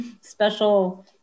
special